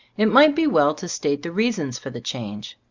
it might be well to state the reasons for the change.